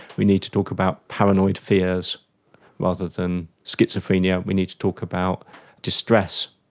we need to talk about paranoid fears rather than schizophrenia. we need to talk about distress,